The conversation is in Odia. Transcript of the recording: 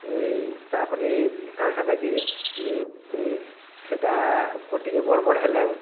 ତା'ପରେ କାଣା ହେବାକି ସେଟା ଟିକେ ବଡ଼୍ ବଡ଼୍ ହେଲେ